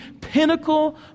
pinnacle